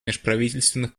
межправительственных